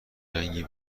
رنگی